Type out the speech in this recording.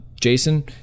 Jason